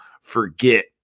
forget